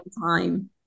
time